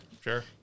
Sure